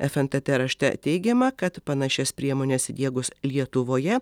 fntt rašte teigiama kad panašias priemones įdiegus lietuvoje